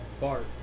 Bart